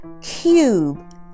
Cube